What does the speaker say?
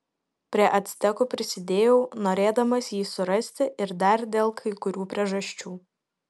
prie actekų prisidėjau norėdamas jį surasti ir dar dėl kai kurių priežasčių